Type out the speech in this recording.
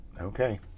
Okay